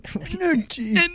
Energy